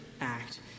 act